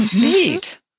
neat